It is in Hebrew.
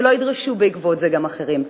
שלא ידרשו בעקבות זה גם אחרים.